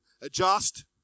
adjust